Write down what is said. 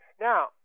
Now